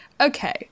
Okay